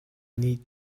need